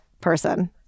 person